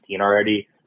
already